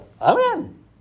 Amen